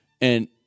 And-